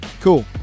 Cool